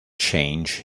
change